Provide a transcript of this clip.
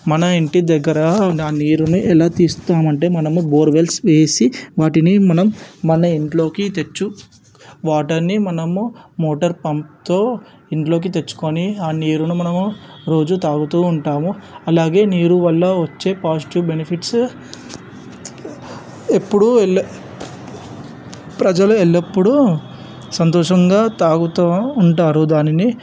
మన ఇంటి దగ్గర ఆ నీరుని ఎలా తీస్తారు అంటే మనము బోర్వెల్స్ వేసి వాటిని మనం మన ఇంట్లోకి తెచ్చు వాటర్ని మనము మోటర్ పంప్తో ఇంట్లోకి తెచ్చుకొని ఆ నీరును మనము రోజు తాగుతూ ఉంటాము అలాగే నీరు వల్ల వచ్చే పాజిటివ్ బెనిఫిట్స్ ఎప్పుడూ ఎల్ల ప్రజలు ఎల్లప్పుడూ సంతోషంగా తాగుతూ ఉంటారు దానిని